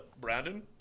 Brandon